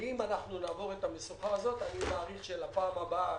ואם אנחנו נעבור את המשוכה הזאת אני מעריך שבפעם הבאה,